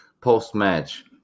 post-match